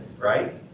right